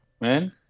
man